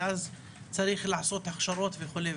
ואז צריך לעשות הכשרות וכו'.